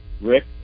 Rick